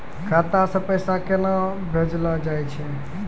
खाता से पैसा केना भेजलो जाय छै?